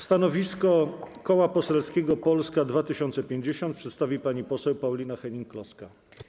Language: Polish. Stanowisko Koła Poselskiego Polska 2050 przedstawi pani poseł Paulina Hennig-Kloska.